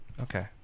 Okay